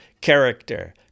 Character